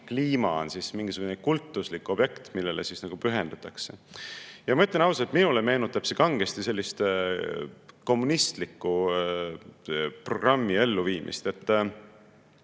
kliima on mingisugune kultuslik objekt, millele pühendutakse. Ma ütlen ausalt, minule meenutab see kangesti kommunistliku programmi elluviimist.